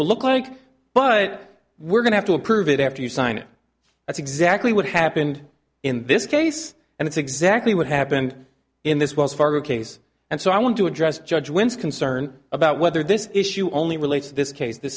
will look like but we're going to approve it after you sign it that's exactly what happened in this case and it's exactly what happened in this was fargo case and so i want to address judge wins concern about whether this issue only relates to this case the